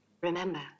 Remember